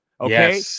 okay